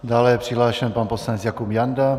Dále je přihlášen pan poslanec Jakub Janda.